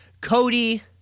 Cody